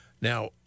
Now